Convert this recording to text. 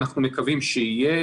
אנחנו מקווים שיהיה,